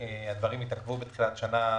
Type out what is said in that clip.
כשהדברים התעכבו בתחילת השנה,